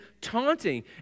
taunting